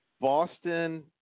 Boston